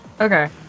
Okay